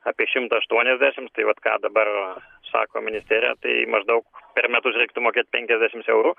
apie šimtą aštuoniasdešims tai vat ką dabar sako ministerija tai maždaug per metus reiktų mokėt penkiasdešims eurų